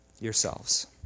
yourselves